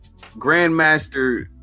grandmaster